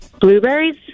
Blueberries